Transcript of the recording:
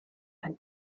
einen